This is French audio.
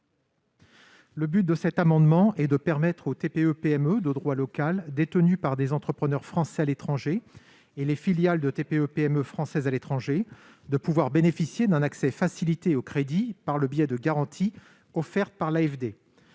Cet amendement a pour objet de permettre aux TPE-PME de droit local détenues par des entrepreneurs français à l'étranger (EFE) ainsi qu'aux filiales de TPE-PME françaises à l'étranger de bénéficier d'un accès facilité au crédit par le biais de garanties offertes par l'AFD.